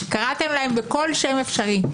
קראתם להם בכל שם אפשרי.